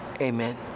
amen